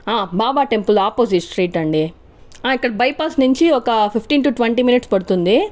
బాబా temple opposite street అండి ఇక్కడ bypass నుంచి ఒక ఫిఫ్టీన్ టూ ట్వంటీ మినిట్స్ పడుతుంది